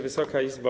Wysoka Izbo!